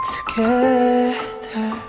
Together